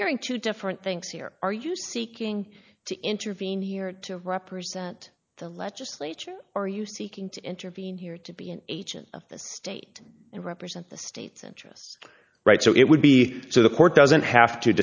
hearing two different things here are you seeking to intervene here to represent the legislature or are you seeking to intervene here to be an agent of the state and represent the state's interests right so it would be to the court doesn't have to